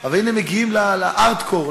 אבל הנה מגיעים ל-hardcore,